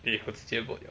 eh 我直接 vote liao